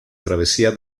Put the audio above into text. travesía